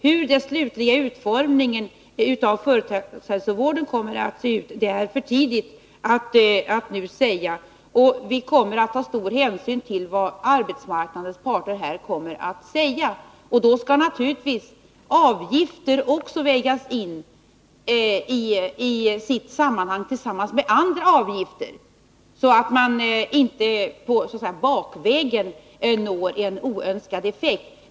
Hur den slutliga utformningen av företagshälsovården kommer att se ut är det för tidigt att uttala sig om nu. Vi kommer att ta stor hänsyn till vad arbetsmarknadens parter säger. Och då skall naturligtvis avgifter i det sammanhanget vägas in tillsammans med andra avgifter, så att man inte bakvägen når en oönskad effekt.